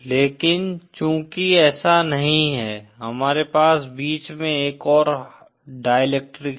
लेकिन चूंकि ऐसा नहीं है हमारे पास बीच में एक और डाईइलेक्ट्रिक है